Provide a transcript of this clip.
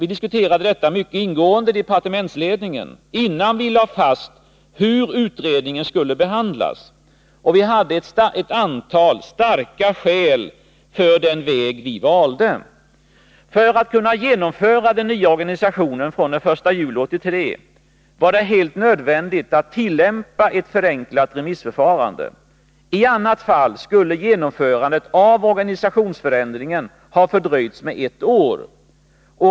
Vi diskuterade detta mycket ingående i departementsledningen innan vi lade fast hur utredningen skulle behandlas, och vi hade ett antal starka skäl för den väg vi valde. För att kunna genomföra den nya organisationen från den 1 juli 1983 var det helt nödvändigt att tillämpa ett förenklat remissförfarande. I annat fall skulle genomförandet av organisationsförändringen ha fördröjts med ett år.